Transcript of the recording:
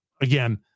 again